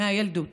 מהילדות.